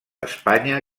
espanya